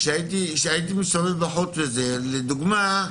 כשהייתי מסתובב בחוץ, לדוגמה,